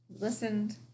listened